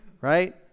right